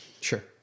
Sure